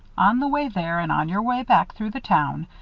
on the way there and on your way back, through the town,